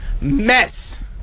Mess